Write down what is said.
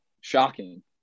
shocking